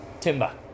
Timber